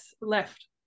left